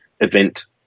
event